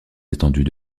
étendues